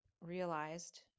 realized